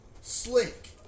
Slick